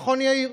נכון, יאיר?